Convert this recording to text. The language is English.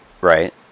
Right